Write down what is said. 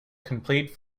complete